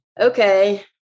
Okay